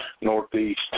Northeast